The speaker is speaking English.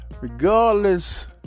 Regardless